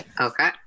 Okay